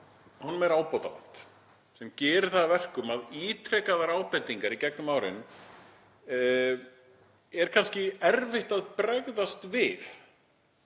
ég segi, ábótavant sem gerir það að verkum að ítrekuðum ábendingum í gegnum árin er kannski erfitt að bregðast við